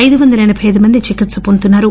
ఐదువందల ఎనభై అయిదు మంది చికిత్స పొందుతున్నారు